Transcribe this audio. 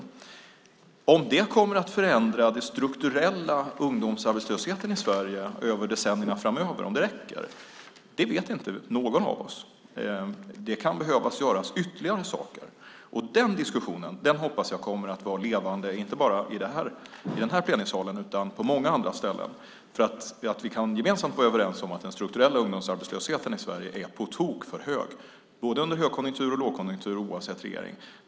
Ingen av oss vet om det kommer att förändra den strukturella ungdomsarbetslösheten i Sverige i decennierna framöver och om det räcker. Det kan behöva göras ytterligare saker. Den diskussionen hoppas jag kommer att vara levande inte bara i den här plenisalen utan också på många andra ställen. Vi kan gemensamt vara överens om att den strukturella ungdomsarbetslösheten i Sverige är på tok för hög både under högkonjunktur och lågkonjunktur och oavsett regering.